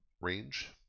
range